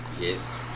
Yes